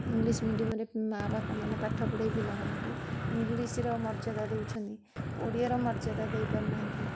English medium ରେ ମାଁ ବାପା ମାନେ ପାଠ ପଢ଼େଇ ପିଲାମାନଙ୍କୁ ଇଂଲିଶର ମର୍ଯ୍ୟାଦା ଦଉଛନ୍ତି ଓଡ଼ିଆର ମର୍ଯ୍ୟାଦା ଦେଇପାରୁ ନାହାଁନ୍ତି